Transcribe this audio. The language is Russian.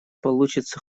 получится